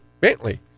Bentley